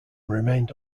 remained